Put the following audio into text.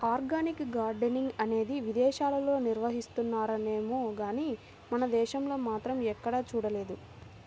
organic gardening అనేది విదేశాల్లో నిర్వహిస్తున్నారేమో గానీ మన దేశంలో మాత్రం ఎక్కడా చూడలేదు